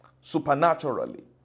supernaturally